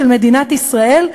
של מדינת ישראל,